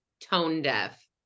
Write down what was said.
tone-deaf